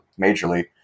majorly